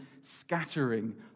scattering